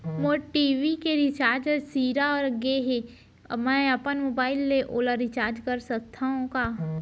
मोर TV के recharge सिरा गे हे, मैं अपन मोबाइल ले ओला रिचार्ज करा सकथव का?